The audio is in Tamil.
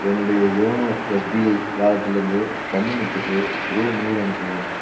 என்னுடைய யோனோ எஸ்பிஐ வாலெட்டிலிருந்து கன்னிமுத்துக்கு ரூ நூறு அனுப்பவும்